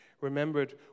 remembered